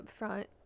upfront